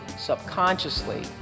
subconsciously